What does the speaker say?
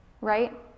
right